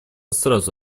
сразу